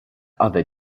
other